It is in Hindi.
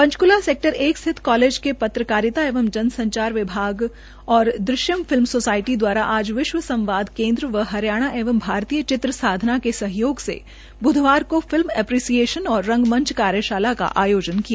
पंचकूला सैकटर एक स्थित कालेज के पत्रकारिता और जनसंचार विभाग और दृश्यम फिल्म सोसायटी द्वारा आज विश्व संवाद केन्द्र व हरियाणा एवं भारतीय चित्र साधना के सहयोग से ब्धवार को फिलम एपरीसिशेयन और रंगमंच कार्यशाला का आयोजन किया गया